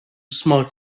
smart